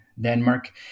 Denmark